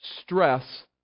stress